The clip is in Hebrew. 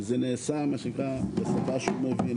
זה נעשה בשפה שהוא מבין.